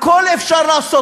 הכול אפשר לעשות.